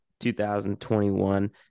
2021